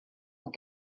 will